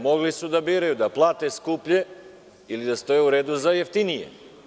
Mogli su da biraju – da plate skuplje ili da stoje u redu za jeftinije.